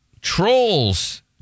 Trolls